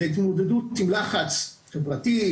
להתמודדות עם לחץ חברתי,